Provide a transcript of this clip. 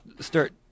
start